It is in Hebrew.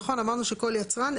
נכון אמרנו שכל יצרן,